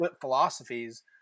Philosophies